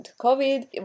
COVID